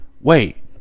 wait